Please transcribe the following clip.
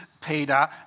Peter